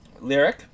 lyric